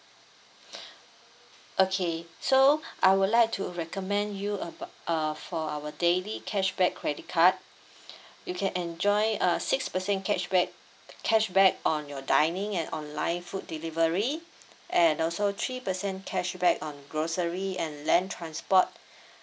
okay so I would like to recommend you ab~ uh for our daily cashback credit card you can enjoy uh six percent cashback cashback on your dining and online food delivery and also three percent cashback on grocery and land transport